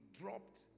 dropped